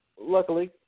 luckily